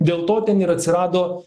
dėl to ten ir atsirado